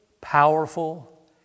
powerful